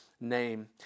name